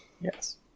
yes